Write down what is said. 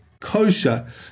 kosher